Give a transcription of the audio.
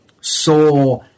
saw